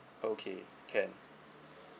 okay can